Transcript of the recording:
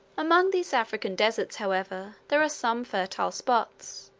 among these african deserts, however, there are some fertile spots.